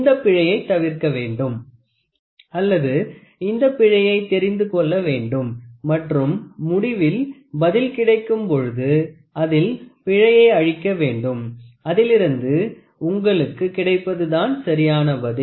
இந்தப் பிழையை தவிர்க்க வேண்டும் அல்லது இந்தப் பிழையை தெரிந்து கொள்ள வேண்டும் மற்றும் முடிவில் பதில் கிடைக்கும் பொழுது அதில் பிழையை அழிக்க வேண்டும் அதிலிருந்து உங்களுக்கு கிடைப்பது தான் சரியான பதில்